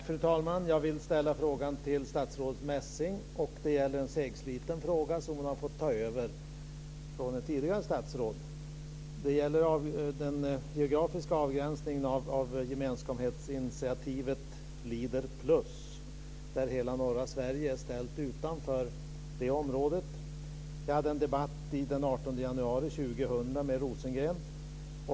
Fru talman! Jag vill ställa en fråga till statsrådet Det gäller en segsliten fråga som hon har fått ta över från ett tidigare statsråd. Det är den geografiska avgränsningen av gemenskapsinitiativet Leader-plus. Hela norra Sverige är ställt utanför det området. Jag hade en debatt den 18 januari 2000 med Rosengren.